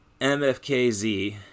mfkz